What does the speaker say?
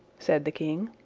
said the king.